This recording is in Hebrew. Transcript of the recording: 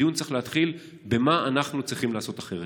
הדיון צריך להתחיל במה אנחנו צריכים לעשות אחרת.